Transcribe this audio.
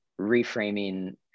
reframing